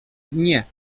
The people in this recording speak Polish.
nie